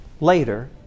later